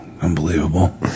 Unbelievable